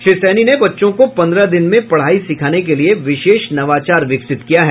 श्री सहनी ने बच्चों को पंद्रह दिन में पढ़ाई सिखाने के लिये विशेष नवाचार विकसित किया है